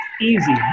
easy